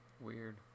Weird